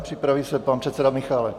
Připraví se pan předseda Michálek.